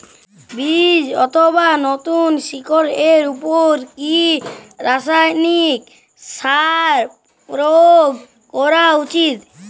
বীজ অথবা নতুন শিকড় এর উপর কি রাসায়ানিক সার প্রয়োগ করা উচিৎ?